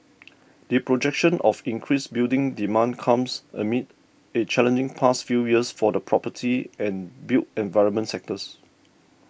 the projection of increased building demand comes amid a challenging past few years for the property and built environment sectors